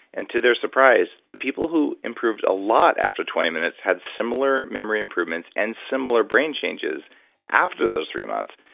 and to their surprise, the people who improved a lot after twenty minutes had similar memory improvements and similar brain changes after those three months,